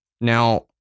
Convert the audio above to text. Now